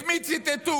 את מי ציטטו?